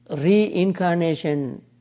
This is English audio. Reincarnation